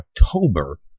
October